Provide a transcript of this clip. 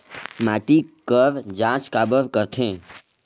माटी कर जांच काबर करथे?